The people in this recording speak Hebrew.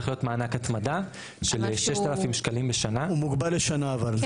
הולך להיות מענק התמדה של 6,000 ש"ח בשנה הוא מוגבל לשנה אבל.